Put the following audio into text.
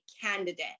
candidate